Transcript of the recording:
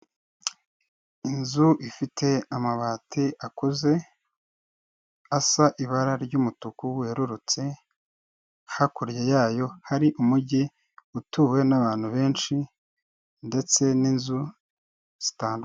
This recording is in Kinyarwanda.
Inzu ifite amabati akuze. Asa ibara ry'umutuku werurutse. Hakurya yayo hari umujyi, utuwe n'abantu benshi, ndetse n'inzu zitandu.